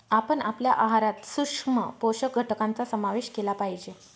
आपण आपल्या आहारात सूक्ष्म पोषक घटकांचा समावेश केला पाहिजे